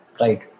Right